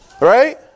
Right